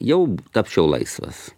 jau tapčiau laisvas